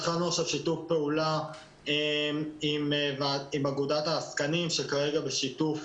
התחלנו עכשיו שיתוף פעולה עם אגודת העסקנים שכרגע בשיתוף